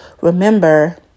remember